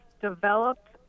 developed